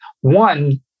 one